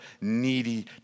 needy